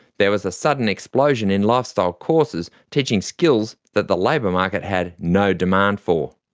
there was a sudden explosion in lifestyle courses, teaching skills that the labour market had no demand for.